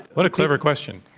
what a clever question?